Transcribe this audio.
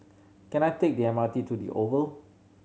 can I take the M R T to The Oval